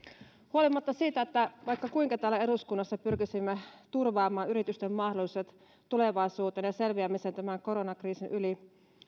huolimatta siitä että vaikka kuinka täällä eduskunnassa pyrkisimme turvaamaan yritysten mahdollisuudet tulevaisuuteen ja selviämiseen tämän koronakriisin yli